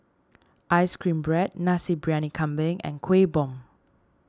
Ice Cream Bread Nasi Briyani Kambing and Kuih Bom